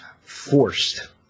forced